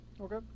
Okay